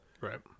Right